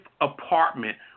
apartment